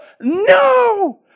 No